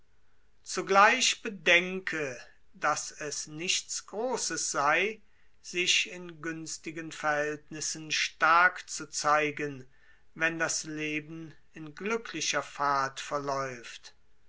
zugleich bedenke daß es nichts großes sei sich in günstigen verhältnissen stark zu zeigen wenn das leben in glücklicher fahrt verläuft